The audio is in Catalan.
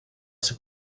ser